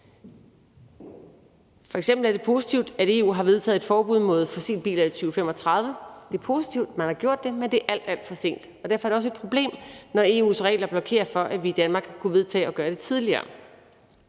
er det positivt, at EU har vedtaget et forbud mod fossilbiler i 2035. Det positivt, at man har gjort det, men det er alt, alt for sent, og derfor er det også et problem, når EU's regler blokerer for, at vi i Danmark kunne vedtage at gøre det tidligere.